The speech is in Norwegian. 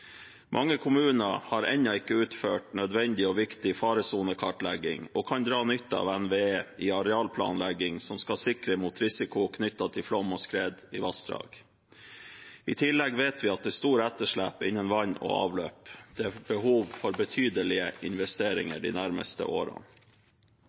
Mange kommuner har ennå ikke utført nødvendig og viktig faresonekartlegging og kan dra nytte av NVE i arealplanlegging som skal sikre mot risiko knyttet til flom og skred i vassdrag. I tillegg vet vi at det er stort etterslep innen vann og avløp. Det er behov for betydelige